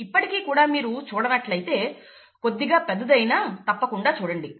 ఇప్పటికీ కూడా మీరు చూడనట్లయితే కొద్దిగా పెద్దది అయినా తప్పకుండా చూడండి